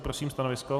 Prosím stanovisko.